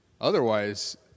Otherwise